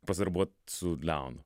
pasidarbuot su leonu